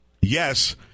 Yes